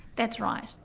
that's right.